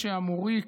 מהדשא המוריק,